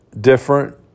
different